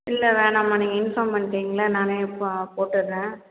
இல்லை வேணாமா நீங்கள் இன்ஃபார்ம் பண்ட்டிங்களா நானே போ போட்டுடறேன்